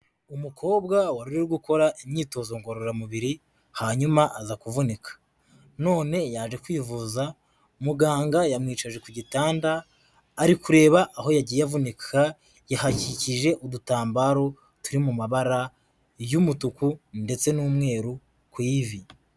Umukobwa wari uri gukora imyitozo ngororamubiri hanyuma aza kuvunika. None yaje kwivuza, muganga yamwicaje ku gitanda ari kureba aho yagiye avunika yahakikije udutambaro turi mu mabara y'umutuku ndetse n'umweru ku ivi.